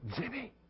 Jimmy